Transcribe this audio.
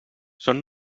són